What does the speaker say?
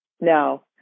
No